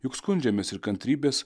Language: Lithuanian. juk skundžiamės ir kantrybės